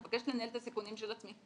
אני מבקש לנהל את הסיכונים של עצמי.